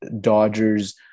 Dodgers